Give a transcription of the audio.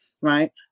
right